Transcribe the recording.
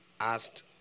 asked